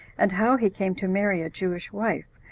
and how he came to marry a jewish wife,